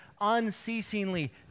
unceasingly